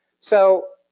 so,